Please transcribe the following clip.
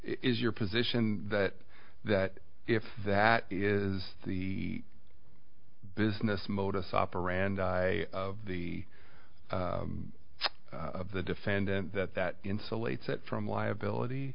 is your position that that if that is the business modus operandi of the of the defendant that that insulates it from liability